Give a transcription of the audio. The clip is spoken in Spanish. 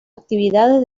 actividades